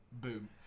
Boom